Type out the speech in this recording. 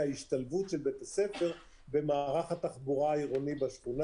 ההשתלבות של בית הספר במערך התחבורה העירוני בשכונה.